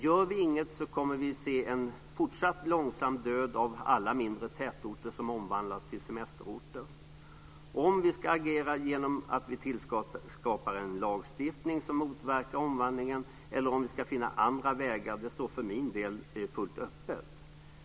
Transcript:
Gör vi inget kommer vi att se en fortsatt långsam död av alla mindre tätorter som omvandlas till semesterorter. Om vi ska agera genom att tillskapa en lagstiftning som motverkar omvandlingen eller om vi ska finna andra vägar står för min del fullt öppet.